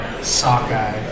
sockeye